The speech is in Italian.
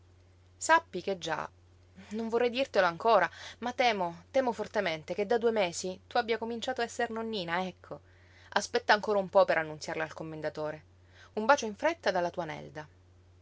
sappi che già non vorrei dirtelo ancora ma temo temo fortemente che da due mesi tu abbia cominciato a esser nonnina ecco aspetta ancora un po per annunziarlo al commendatore un bacio in fretta dalla tua